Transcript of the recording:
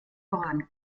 voran